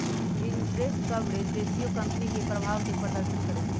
interest coverage ratio company के प्रभाव के प्रदर्शन करइ छै